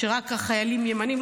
שרק החיילים הימנים,